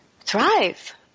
thrive